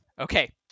Okay